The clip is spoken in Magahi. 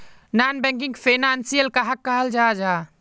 नॉन बैंकिंग फैनांशियल कहाक कहाल जाहा जाहा?